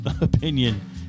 opinion